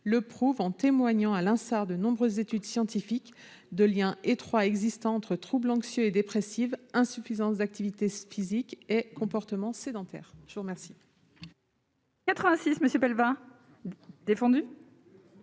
le 4 février 2021, témoigne, à l'instar de nombreuses études scientifiques, des liens étroits existant entre troubles anxieux et dépressifs, insuffisance d'activité physique et comportements sédentaires. La parole